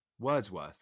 Wordsworth